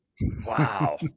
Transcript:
Wow